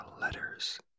letters